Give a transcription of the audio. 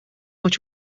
much